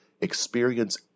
experience